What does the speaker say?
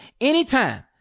anytime